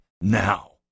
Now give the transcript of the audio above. now